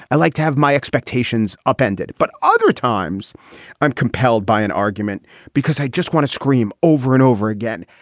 i like to have my expectations upended. but other times i'm compelled by an argument because i just want to scream over and over again.